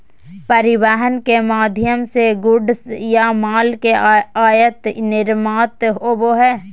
परिवहन के माध्यम से गुड्स या माल के आयात निर्यात होबो हय